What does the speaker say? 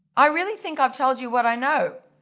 i really think i've told you what i know.